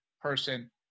person